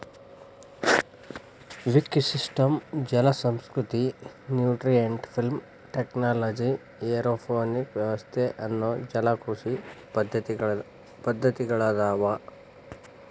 wick system ಜಲಸಂಸ್ಕೃತಿ, nutrient film technology, aeroponic ವ್ಯವಸ್ಥೆ ಅನ್ನೋ ಜಲಕೃಷಿ ಪದ್ದತಿಗಳದಾವು